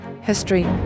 history